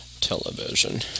Television